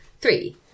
Three